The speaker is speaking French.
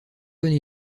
bonne